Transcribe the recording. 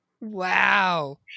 Wow